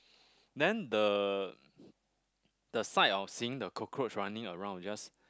then the the sight of seeing the cockroach running around is just